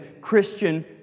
Christian